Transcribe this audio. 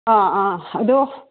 ꯑꯥ ꯑꯥ ꯑꯗꯣ